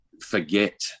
forget